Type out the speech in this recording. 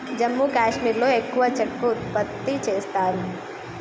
జమ్మూ కాశ్మీర్లో ఎక్కువ చెక్క ఉత్పత్తి చేస్తారు